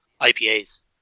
IPAs